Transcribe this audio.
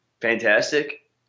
Fantastic